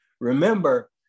Remember